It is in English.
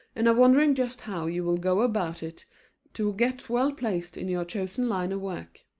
and are wondering just how you will go about it to get well placed in your chosen line of work.